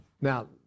Now